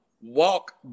walk